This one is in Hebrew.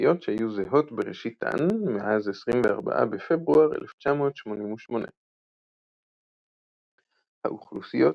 אוכלוסיות שהיו זהות בראשיתן מאז 24 בפברואר 1988. האוכלוסיות